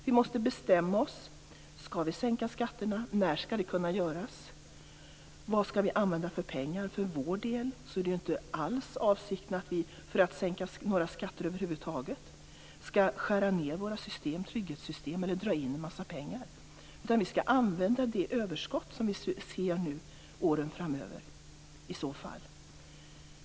Vi måste bestämma oss om vi skall sänka skatterna, när det skall kunna göras och vad vi skall använda för pengar. För vår del är inte alls avsikten att vi för att sänka några skatter över huvud taget skall skära ned våra trygghetssystem eller dra in en massa pengar, utan vi skall i så fall använda det överskott som vi nu ser åren framöver.